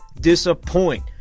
disappoint